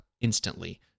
instantly